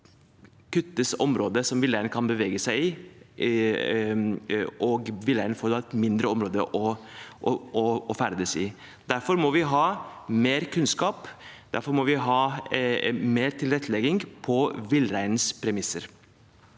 kuttes området som villreinen kan bevege seg i, og villreinen får et mindre område å ferdes i. Derfor må vi ha mer kunnskap, og derfor må vi ha mer tilrettelegging på villreinens premisser.